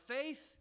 faith